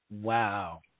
Wow